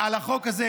על החוק הזה,